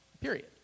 period